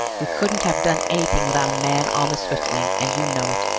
we couldn't have done anything without a man on the swiftwing, and you know it.